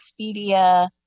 Expedia